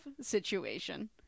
situation